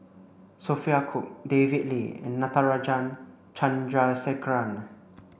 Sophia Cooke David Lee and Natarajan Chandrasekaran